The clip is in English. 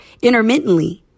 intermittently